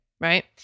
Right